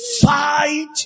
fight